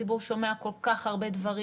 הציבור שומע כל כך הרבה דברים,